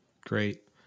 Great